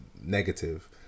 negative